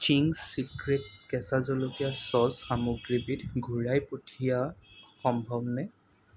Ching's secret কেঁচা জলকীয়াৰ sauce সামগ্ৰীবিধ ঘূৰাই পঠিওৱা সম্ভৱনে